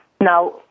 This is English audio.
Now